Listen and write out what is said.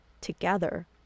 together